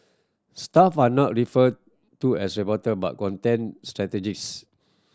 staff are not referred to as reporter but content strategists